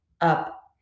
up